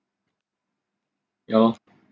ya lor